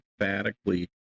emphatically